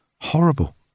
Horrible